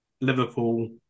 Liverpool